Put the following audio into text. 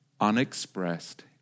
unexpressed